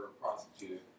prosecuted